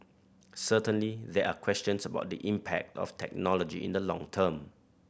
certainly there are questions about the impact of technology in the long term